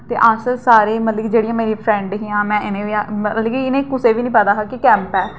ते अस सारें गी मतलब कि जेह्ड़ियां मेरियां फ्रैंड हियां में इ'नें गी बी मतलब कि इ'नें गी कुसै गी बी नेईं पता हा कि कैंप ऐ